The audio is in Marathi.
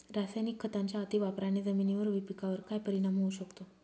रासायनिक खतांच्या अतिवापराने जमिनीवर व पिकावर काय परिणाम होऊ शकतो?